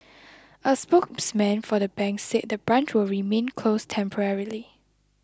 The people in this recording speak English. a spokesman for the bank said the branch will remain closed temporarily